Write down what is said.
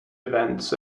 events